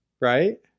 right